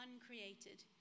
uncreated